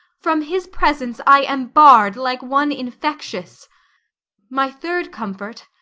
from his presence i am barr'd, like one infectious my third comfort,